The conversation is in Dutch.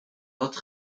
dat